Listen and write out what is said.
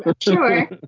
sure